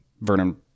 vernon